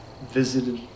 visited